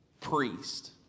priest